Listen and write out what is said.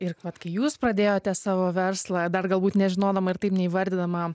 ir vat kai jūs pradėjote savo verslą dar galbūt nežinodama ir taip neįvardydama